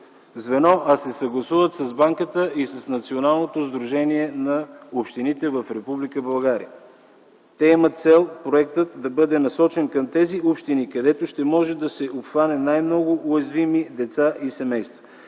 звено, а се съгласуват с Банката и Националното сдружение на общините в Република България. Критериите имат за цел проектът да бъде насочен към тези общини, където ще може да обхване най-много уязвими деца и семейства.